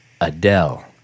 Adele